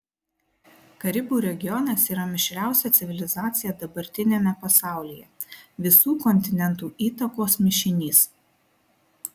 karibų regionas yra mišriausia civilizacija dabartiniame pasaulyje visų kontinentų įtakos mišinys